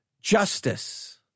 justice